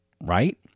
right